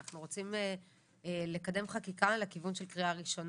אנחנו רוצים לקדם חקיקה לכיוון של קריאה ראשונה